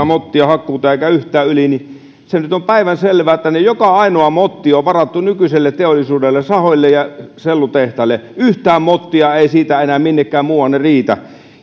mottia hakkuuta eikä yhtään yli niin se nyt on päivänselvää että joka ainoa motti on varattu nykyiselle teollisuudelle sahoille ja sellutehtaille yhtään mottia ei siitä enää minnekään muuanne riitä